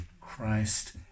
Christ